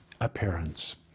appearance